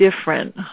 different